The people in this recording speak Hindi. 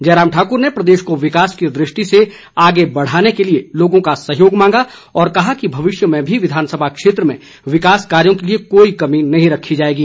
जयराम ठाकुर ने प्रदेश को विकास की दृष्टि से आगे बढ़ाने के लिए लोगों का सहयोग मांगा और कहा कि भविष्य में भी विधानसभा क्षेत्र में विकास कार्यो के लिए कोई कमी नहीं रखी जाएगी